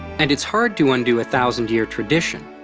and it's hard to undo a thousand-year tradition.